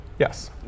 Yes